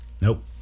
Nope